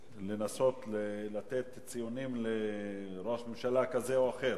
לנסות לתת ציונים לראש ממשלה כזה או אחר.